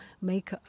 make